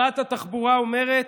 התחבורה אומרת: